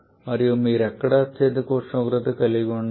మరియు మీరు ఎక్కడ అత్యధిక ఉష్ణోగ్రత కలిగి ఉండాలి